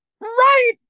Right